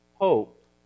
hope